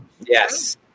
Yes